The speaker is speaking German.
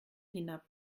hinab